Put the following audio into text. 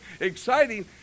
exciting